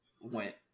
went